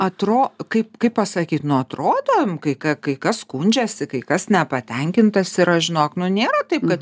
atro kaip kaip pasakyt nu atrodo nu kai ka kai kas skundžiasi kai kas nepatenkintas žinok nu nėra taip kad